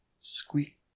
Squeak